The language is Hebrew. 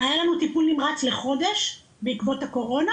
היה לנו טיפול נמרץ לחודש בעקבות הקורונה,